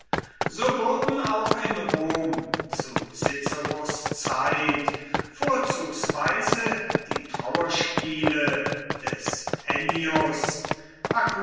so wurden auch in rom zu ciceros zeit vorzugsweise die trauerspiele des